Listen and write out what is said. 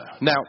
Now